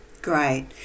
Great